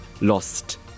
lost